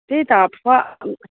त्यही त फ